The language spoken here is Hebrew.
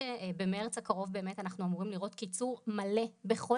שבמרץ הקרוב באמת אנחנו אמורים לראות קיצור מלא בכל